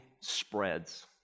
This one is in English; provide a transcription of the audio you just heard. spreads